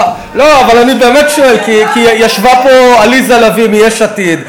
באה פה עליזה לביא מיש עתיד,